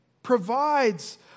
provides